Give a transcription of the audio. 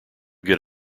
get